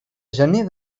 gener